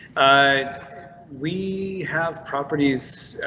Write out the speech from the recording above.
i we have properties.